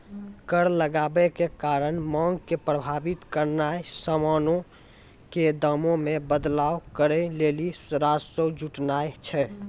कर लगाबै के कारण मांग के प्रभावित करनाय समानो के दामो मे बदलाव करै लेली राजस्व जुटानाय छै